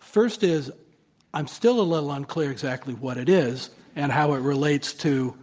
first is i'm still a little unclear exactly what it is and how it relates to